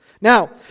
Now